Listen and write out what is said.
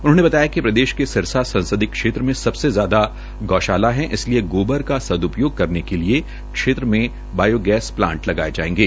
उन्होंने बताया कि प्रदेश के सिरसा संसदीय क्षेत्र में सबसे ज्यादा गौशाला है इसलिए गोबर का सद्पयोग करने के लिए क्षेत्र में बायोगैस प्लांट लगाए जाएंगे